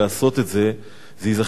זה ייזכר לכם לדיראון עולם.